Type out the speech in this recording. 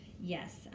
Yes